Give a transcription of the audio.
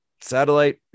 satellite